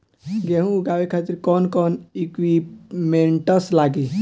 गेहूं उगावे खातिर कौन कौन इक्विप्मेंट्स लागी?